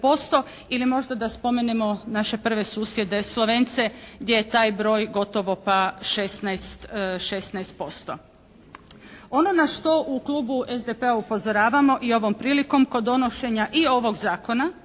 Ili možda da spomenemo naše prve susjede Slovence gdje je taj broj gotovo pa 16%. Ono na što u klubu SDP-a upozoravamo i ovom prilikom kod donošenja i ovog zakona